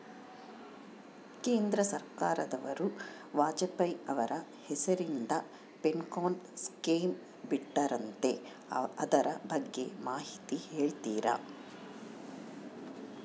ಕೇಂದ್ರ ಸರ್ಕಾರದವರು ವಾಜಪೇಯಿ ಅವರ ಹೆಸರಿಂದ ಪೆನ್ಶನ್ ಸ್ಕೇಮ್ ಬಿಟ್ಟಾರಂತೆ ಅದರ ಬಗ್ಗೆ ಮಾಹಿತಿ ಹೇಳ್ತೇರಾ?